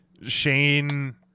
Shane